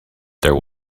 there